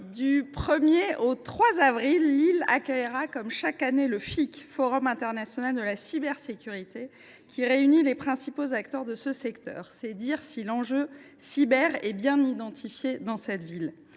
du 1 au 3 avril 2025, Lille accueillera, comme chaque année, le Forum international de la cybersécurité (FIC), qui réunit les principaux acteurs du secteur. C’est dire si l’enjeu cyber est bien identifié dans cette ville.